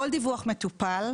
כל דיווח מטופל,